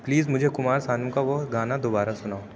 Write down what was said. please مجھے کمار سانو کا وہ گانا دوبارہ سناؤ